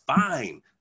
fine